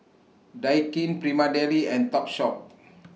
Daikin Prima Deli and Topshop